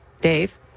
Dave